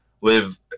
live